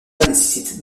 nécessite